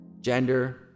gender